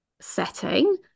setting